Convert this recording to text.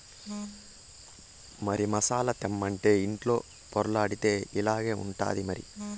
మరి మసాలా తెమ్మంటే ఇంటిలో పొర్లాడితే ఇట్టాగే ఉంటాది మరి